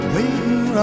Waiting